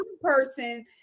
person